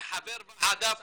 כחבר ועדה